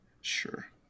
Sure